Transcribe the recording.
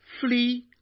flee